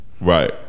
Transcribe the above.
Right